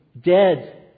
dead